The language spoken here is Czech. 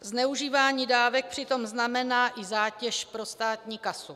Zneužívání dávek přitom znamená i zátěž pro státní kasu.